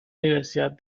diversidad